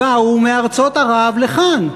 באו מארצות ערב לכאן.